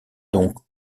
dont